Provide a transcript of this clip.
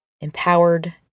empowered